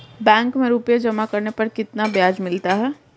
Bank में रुपये जमा करने पर कितना ब्याज मिलता है?